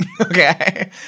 Okay